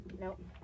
nope